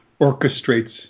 orchestrates